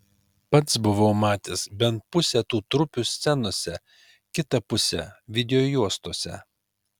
pats buvau matęs bent pusę tų trupių scenose kitą pusę videojuostose